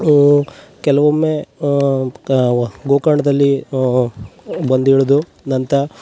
ಕೆಲವೊಮ್ಮೆ ತಾವು ಗೋಕರ್ಣದಲ್ಲಿ ಬಂದಿಳ್ದು ನಂತ